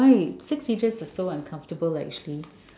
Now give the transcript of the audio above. why six seaters are so uncomfortable actually